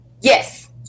Yes